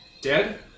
Dead